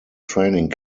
training